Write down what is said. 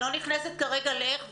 ואני לא נכנסת כרגע לאיך ולמה.